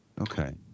Okay